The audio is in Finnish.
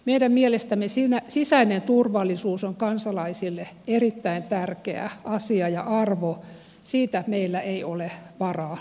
meidän mielestämme sisäinen turvallisuus on kansalaisille erittäin tärkeä asia ja arvo siitä meillä ei ole varaa lipsua